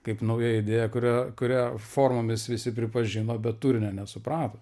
kaip nauja idėja kurią kurią formomis visi pripažino bet turinio nesuprato